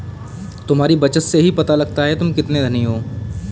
तुम्हारी बचत से ही पता लगता है तुम कितने धनी हो